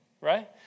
right